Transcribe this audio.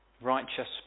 Righteous